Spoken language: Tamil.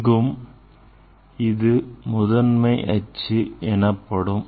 இங்கும் இது முதன்மை அச்சு எனப்படும்